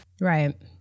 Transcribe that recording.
Right